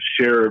share